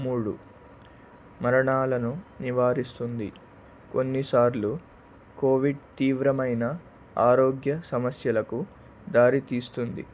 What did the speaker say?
మూడు మరణాలను నివారిస్తుంది కొన్నిసార్లు కోవిడ్ తీవ్రమైన ఆరోగ్య సమస్యలకు దారితీస్తుంది